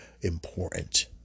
important